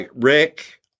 Rick